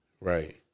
Right